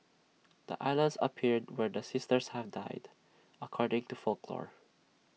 the islands appeared where the sisters had died according to folklore